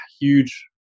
huge